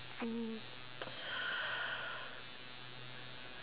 mm